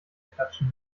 klatschen